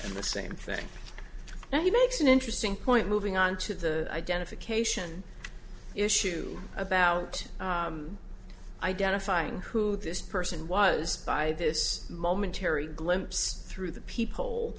in the same thing that makes an interesting point moving on to the identification issue about identifying who this person was by this momentary glimpse through the pe